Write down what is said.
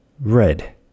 Red